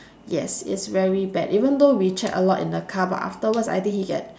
yes it's very bad even though we chat a lot in the car but afterwards I think he get